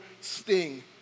sting